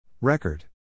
Record